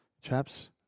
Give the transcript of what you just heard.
chaps